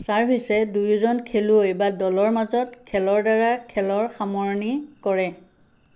ছাৰ্ভিচে দুয়োজন খেলুৱৈ বা দলৰ মাজত খেলৰ দ্বাৰা খেলৰ সামৰণি কৰে